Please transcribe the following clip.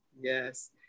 Yes